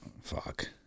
Fuck